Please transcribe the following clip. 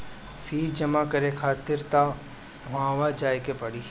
fees जमा करे खातिर तअ उहवे जाए के पड़ी